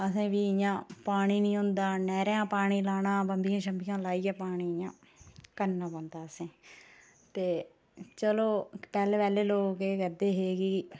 असें फ्ही इयां पानी नी हुंदा नैह्रा दा पानी लाना बम्बियें शम्बियां लाइयै पानी इयां करना पौंदा असें ते चलो पैहले पैहले लोग के करदे हे कि